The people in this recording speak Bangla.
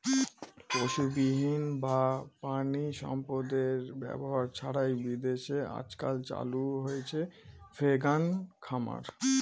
পশুবিহীন বা প্রানীসম্পদ এর ব্যবহার ছাড়াই বিদেশে আজকাল চালু হয়েছে ভেগান খামার